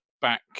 back